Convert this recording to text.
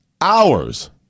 Hours